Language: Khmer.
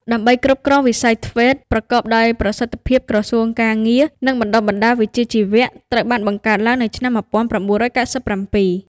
ដើម្បីគ្រប់គ្រងវិស័យ ធ្វេត TVET ប្រកបដោយប្រសិទ្ធភាពក្រសួងការងារ និងបណ្ដុះបណ្ដាលវិជ្ជាជីវៈ ត្រូវបានបង្កើតឡើងនៅឆ្នាំ ១៩៩៧។